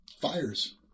fires